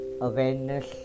awareness